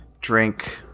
drink